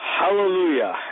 Hallelujah